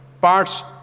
parts